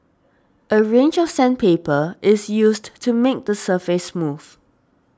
a range of sandpaper is used to make the surface smooth